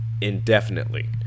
indefinitely